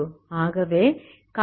ஆகவே cos 2 0